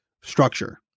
structure